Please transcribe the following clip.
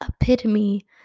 epitome